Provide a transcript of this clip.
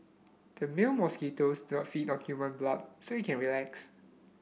the male mosquitoes don't feed on human blood so you can relax